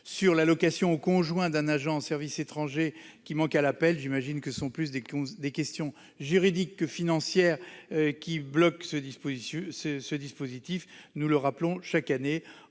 sur l'allocation au conjoint d'un agent au service étranger qui manque à l'appel ; j'imagine que ce sont plus des questions juridiques et financières qui bloquent ce dispositif. Nous le rappelons chaque année.